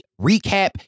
recap